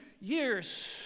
years